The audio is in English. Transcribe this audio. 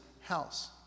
house